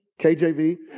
KJV